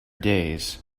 days